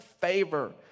favor